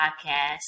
podcast